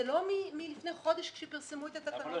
זה לא מלפני חודש כשפרסמו את התקנות,